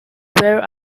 where